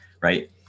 right